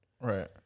Right